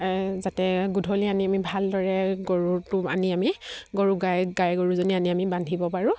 এই যাতে গধূলি আনি আমি ভালদৰে গৰুটো আনি আমি গৰু গাই গাই গৰুজনী আনি আমি বান্ধিব পাৰোঁ